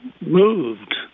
moved